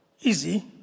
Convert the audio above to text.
easy